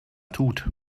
tut